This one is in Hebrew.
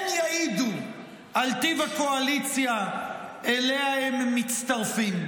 הם יעידו על טיב הקואליציה שאליה הם מצטרפים.